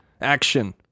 action